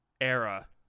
era